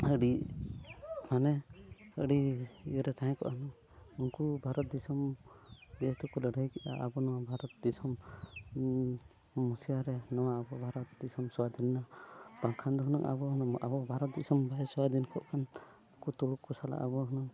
ᱟᱹᱰᱤ ᱢᱟᱱᱮ ᱟᱹᱰᱤ ᱤᱭᱟᱹ ᱨᱮ ᱛᱟᱦᱮᱸ ᱠᱚᱜᱼᱟ ᱦᱩᱱᱟᱹᱝ ᱩᱱᱠᱩ ᱵᱷᱟᱨᱚᱛ ᱫᱤᱥᱚᱢ ᱡᱮᱦᱮᱛᱩ ᱠᱚ ᱞᱟᱹᱲᱦᱟᱹᱭ ᱠᱮᱜᱼᱟ ᱟᱵᱚ ᱱᱚᱣᱟ ᱵᱷᱟᱨᱚᱛ ᱫᱤᱥᱚᱢ ᱢᱩᱪᱟᱹᱫ ᱨᱮ ᱱᱚᱣᱟ ᱟᱵᱚ ᱵᱷᱟᱨᱚᱛ ᱫᱤᱥᱚᱢ ᱥᱟᱹᱫᱷᱤᱱ ᱮᱱᱟ ᱵᱟᱝᱠᱷᱟᱱ ᱫᱚ ᱦᱩᱱᱟᱹᱝ ᱟᱵᱚ ᱦᱩᱱᱟᱹᱝ ᱟᱵᱚ ᱵᱷᱟᱨᱚᱛ ᱫᱤᱥᱚᱢ ᱵᱟᱭ ᱥᱟᱹᱫᱷᱤᱱ ᱠᱚᱜ ᱠᱷᱟᱱ ᱩᱱᱠᱩ ᱛᱩᱲᱩᱠ ᱠᱚ ᱥᱟᱞᱟᱜ ᱟᱵᱚ ᱦᱩᱱᱟᱹᱝ